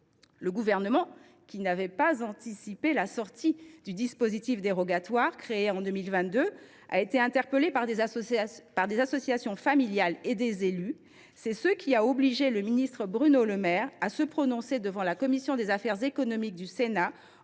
Le Gouvernement, qui n’avait pas anticipé la sortie du dispositif dérogatoire créé en 2022, a été interpellé par des associations familiales et des élus. C’est ce qui a obligé le ministre Bruno Le Maire à se prononcer, devant la commission des affaires économiques du Sénat,